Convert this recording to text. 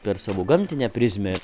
per savo gamtinę prizmę